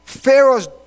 Pharaoh's